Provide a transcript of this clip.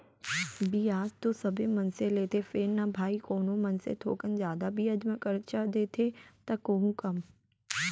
बियाज तो सबे मनसे लेथें फेर न भाई कोनो मनसे थोकन जादा बियाज म करजा देथे त कोहूँ कम